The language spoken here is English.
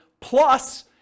plus